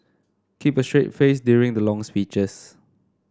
keep a straight face during the long speeches